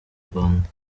rwanda